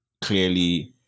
clearly